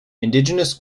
indigenous